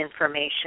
information